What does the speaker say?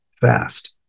fast